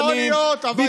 יכול להיות, יכול להיות.